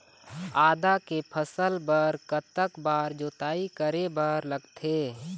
आदा के फसल बर कतक बार जोताई करे बर लगथे?